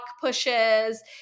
pushes